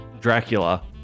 Dracula